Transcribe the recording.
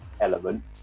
element